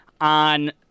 on